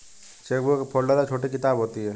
chequebook एक folder या छोटी किताब होती है